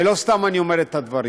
ולא סתם אני אומר את הדברים,